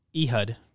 Ehud